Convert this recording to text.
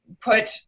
put